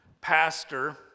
pastor